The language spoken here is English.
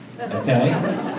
Okay